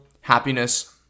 happiness